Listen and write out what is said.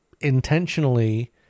intentionally